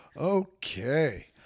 Okay